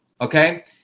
Okay